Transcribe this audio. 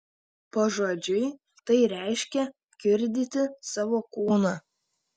pažodžiui tai reiškia kiurdyti savo kūną